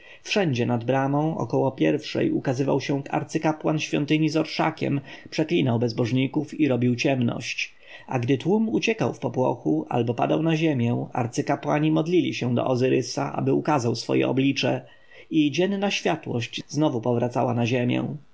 wszędzie nad bramą około pierwszej ukazywał się arcykapłan świątyni z orszakiem przeklinał bezbożników i robił ciemność a gdy tłum uciekał w popłochu albo padał na ziemię arcykapłani modlili się do ozyrysa aby ukazał swoje oblicze i dzienna światłość znowu powracała na ziemię